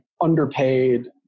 underpaid